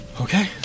Okay